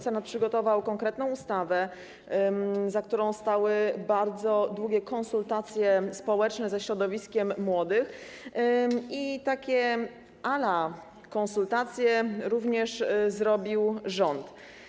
Senat przygotował konkretną ustawę, którą poprzedziły bardzo długie konsultacje społeczne ze środowiskiem młodych, a takie a la konsultacje również przeprowadził rząd.